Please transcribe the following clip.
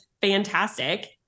fantastic